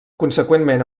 conseqüentment